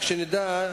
רק שנדע,